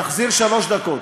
תחזיר שלוש דקות.